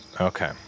Okay